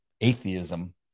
atheism